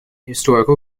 historical